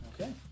okay